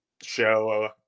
show